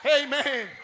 amen